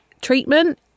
treatment